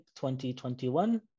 2021